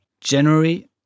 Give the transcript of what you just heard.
January